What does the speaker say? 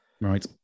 Right